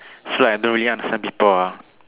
so like I don't really understand people ah